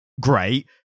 great